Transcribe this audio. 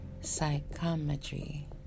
psychometry